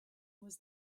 was